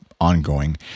ongoing